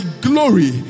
glory